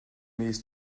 mis